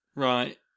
Right